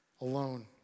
alone